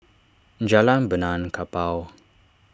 Jalan Benaan Kapal